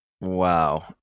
wow